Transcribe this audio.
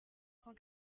cent